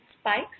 spikes